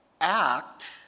Act